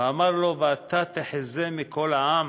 ואמר לו: "ואתה תחזה מכל העם"